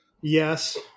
Yes